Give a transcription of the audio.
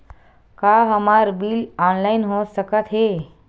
का हमर bill online हो सकत हे?